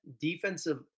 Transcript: defensive